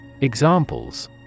Examples